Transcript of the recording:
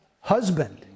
husband